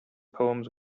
poems